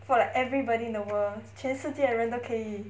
for like everybody in the world 全世界人都可以